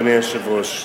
אדוני היושב-ראש.